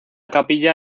capilla